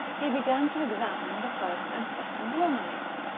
he began to examine the first and second romillys.